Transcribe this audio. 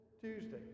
Tuesday